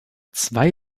zwei